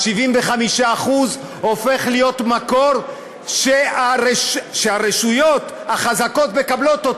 ה-75% הופכים להיות מקור שהרשויות החזקות מקבלות.